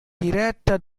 diretta